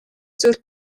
зүйл